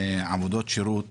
עבודות שירות,